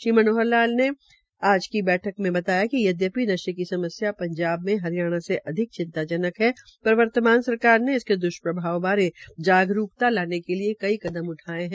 श्री मनोहर लाल ने आज की बैठक में बताया कि यद्यपि नशे की समस्या पंजाब में हरियाणा से अधिक चिंताजनक है पर वर्तमान सरकार ने इसके द्वप्रभाव बारे जागरूकता लाने के लियेकई कदम उठाये है